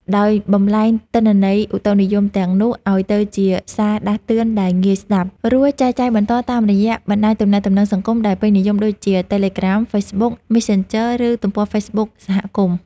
ដោយបំប្លែងទិន្នន័យឧតុនិយមទាំងនោះឱ្យទៅជាសារដាស់តឿនដែលងាយស្ដាប់ រួចចែកចាយបន្តតាមរយៈបណ្ដាញទំនាក់ទំនងសង្គមដែលពេញនិយមដូចជា តេឡេក្រាម (Telegram) ហ្វេសប៊ុក (Facebook) មេសសិនជឺ (Messenger) ឬទំព័រហ្វេសប៊ុកសហគមន៍។